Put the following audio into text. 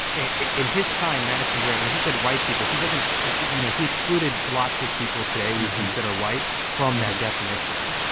in his time, madison grant, when he said white people, he wasn't you know, he excluded lots of people today we consider white from that definition.